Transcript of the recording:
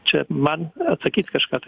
čia man atsakyt kažką tai